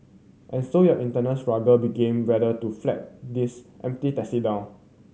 and so your internal struggle begin whether to flag these empty taxi down